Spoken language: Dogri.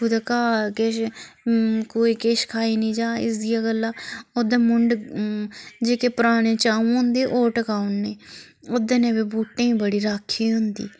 कुतै घाह् किश कोई खाई नी जा इसदिया गल्लै ओह्दे मुंड जेह्के पराने चा'ऊं होंदे ओह् टकाईउनें ओह्दा नै बी बूह्टें बड़ी राक्खी होंदी